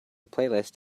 playlist